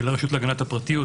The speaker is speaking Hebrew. לרשות להגנת הפרטיות,